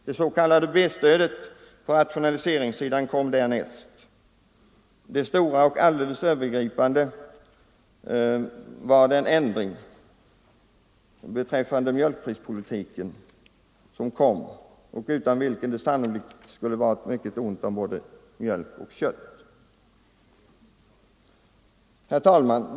Det s.k. B stödet på rationaliseringssidan kom därnäst. Det stora och alldeles övergripande var den ändrade mjölkprispolitiken, utan vilken förändring det sannolikt skulle varit mycket ont om både mjölk och kött. Herr talman!